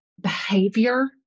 behavior